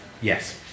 Yes